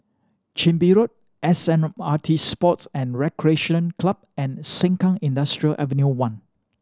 Chin Bee Road S M R T Sports and Recreation Club and Sengkang Industrial Ave One